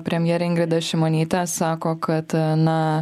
premjerė ingrida šimonytė sako kad na